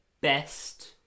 Best